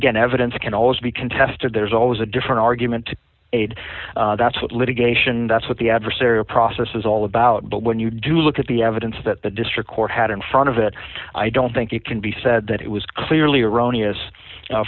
again evidence can always be contested there's always a different argument to aid that's what litigation that's what the adversarial process is all about but when you do look at the evidence that the district court had in front of it i don't think it can be said that it was clearly erroneous